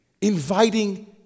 inviting